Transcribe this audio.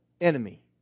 enemy